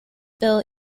bill